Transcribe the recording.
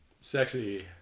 Sexy